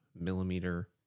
millimeter